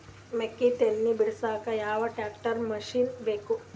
ಮೆಕ್ಕಿ ತನಿ ಬಿಡಸಕ್ ಯಾವ ಟ್ರ್ಯಾಕ್ಟರ್ ಮಶಿನ ಬೇಕು?